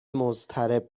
مضطرب